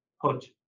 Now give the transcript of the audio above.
put